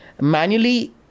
manually